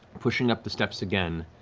pushing up the steps again,